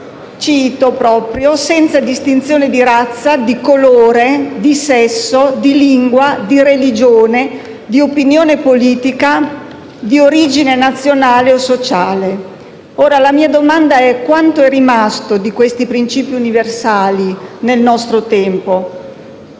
di ogni persona «senza distinzione di razza, di colore, di sesso, di lingua, di religione, di opinione politica, di origine nazionale o sociale». La mia domanda è: quanto è rimasto di questi princìpi universali nel nostro tempo?